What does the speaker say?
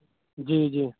جی جی